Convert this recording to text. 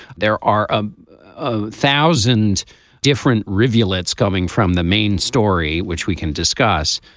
there are a ah thousand different rivulets coming from the main story which we can discuss.